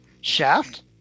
Shaft